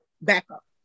backup